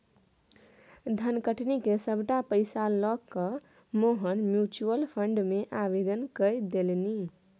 धनकट्टी क सभटा पैसा लकए मोहन म्यूचुअल फंड मे आवेदन कए देलनि